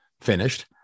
finished